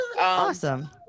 Awesome